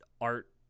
art